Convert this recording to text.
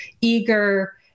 eager